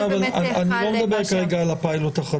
לא, אני לא מדבר כרגע על הפיילוט החדש.